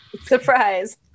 Surprise